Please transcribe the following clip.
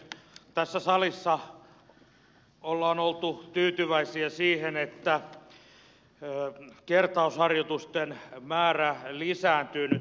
tässä salissa ollaan oltu tyytyväisiä siihen että kertausharjoitusten määrä lisääntyy nyt tuntuvasti